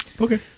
Okay